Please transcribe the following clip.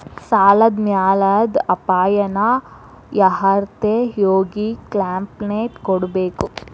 ಸಾಲದ್ ಮ್ಯಾಲಾದ್ ಅಪಾಯಾನ ಯಾರ್ಹತ್ರ ಹೋಗಿ ಕ್ಂಪ್ಲೇನ್ಟ್ ಕೊಡ್ಬೇಕು?